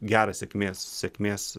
geras sėkmės sėkmės